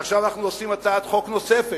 אז עכשיו אנחנו עושים הצעת חוק נוספת,